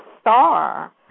star